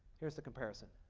here's the comparison.